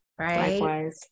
Right